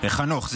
--- חנוך.